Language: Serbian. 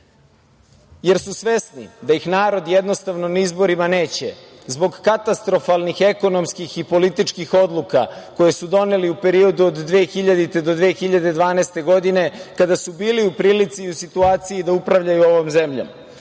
jer su svesni da ih narod jednostavno na izborima neće, zbog katastrofalnih ekonomskih i političkih odluka koje su doneli u periodu od 2000. do 2012. godine, kada su bili u prilici i u situaciji da upravljaju ovom zemljom. Smatram